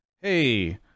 hey